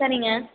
சரிங்க